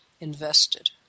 invested